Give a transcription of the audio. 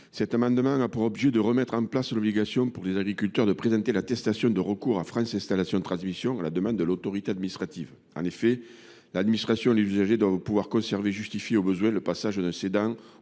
Cet amendement a pour objet de remettre en place l’obligation, pour les agriculteurs, de présenter l’attestation de recours à France installations transmissions à l’autorité administrative. En effet, l’administration et les usagers doivent pouvoir conserver, si besoin est, un